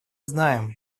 знаем